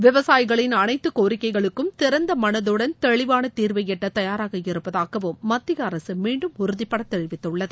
விவசாயிகளின் அனைத்து கோிக்கைகளுக்கும் திறந்த மனதுடன் தெளிவான தீர்வை எட்ட தயாராக இருப்பதாகவும் மத்திய அரசு மீண்டும் உறுதிபட தெரிவித்துள்ளது